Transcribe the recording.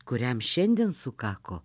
kuriam šiandien sukako